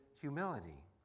humility